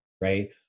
right